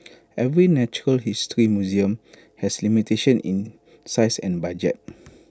every natural history museum has limitation in size and budget